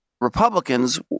Republicans